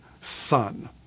son